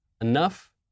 Enough